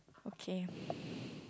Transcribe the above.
okay